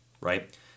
right